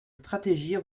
stratégie